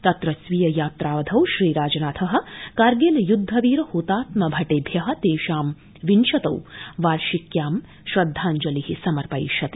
तत्र स्वीय यात्रावधौ श्री राजनाथ कारगिल युद्धवीर हतात्म भटेभ्य तेषां विंशतौ वार्षिक्यां श्रद्धाञ्जलि समर्पयिष्यति